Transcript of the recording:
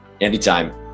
anytime